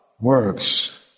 Works